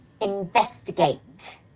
Investigate